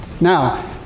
Now